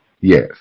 Yes